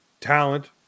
talent